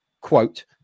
quote